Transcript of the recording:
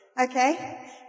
okay